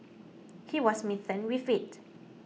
he was smitten with it